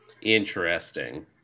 interesting